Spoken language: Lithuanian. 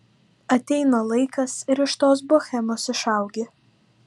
ateina laikas ir iš tos bohemos išaugi